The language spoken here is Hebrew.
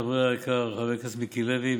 חברי היקר חבר הכנסת מיקי לוי,